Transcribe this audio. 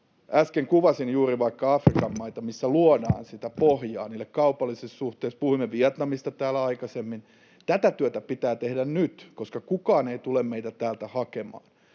Äsken kuvasin juuri vaikka Afrikan maita, missä luodaan sitä pohjaa niille kaupallisille suhteille. Puhuimme Vietnamista täällä aikaisemmin. Tätä työtä pitää tehdä nyt, koska kukaan ei tule meitä täältä hakemaan.